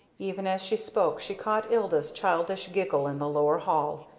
even as she spoke she caught ilda's childish giggle in the lower hall,